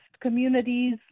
communities